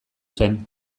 zen